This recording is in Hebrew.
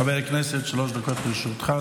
חבר הכנסת, שלוש דקות לרשותך.